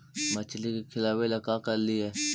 मछली के खिलाबे ल का लिअइ?